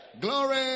glory